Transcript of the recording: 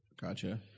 Gotcha